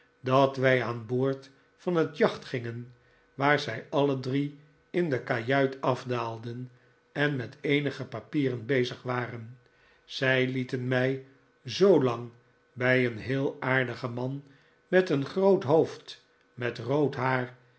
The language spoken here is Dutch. dat wij aan boord van het jacht gingen waar zij alle drie in de kajuit afdaalden en met eenige papieren bezig we pn zij lieten mij zoolang oij een heel aardigen man met een groot hoofd met rood haar